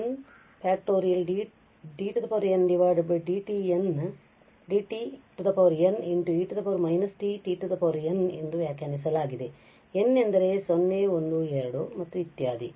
dndt n e −t t n ಎಂದು ವ್ಯಾಖ್ಯಾನಿಸಲಾಗಿದೆ n ಎಂದರೆ 0 1 2 ಮತ್ತು ಇತ್ಯಾದಿ